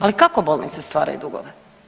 Ali kako bolnice stvaraju dugove?